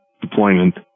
deployment